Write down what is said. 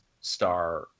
star